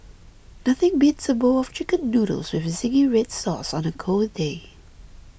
nothing beats a bowl of Chicken Noodles with Zingy Red Sauce on a cold day